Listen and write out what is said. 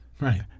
Right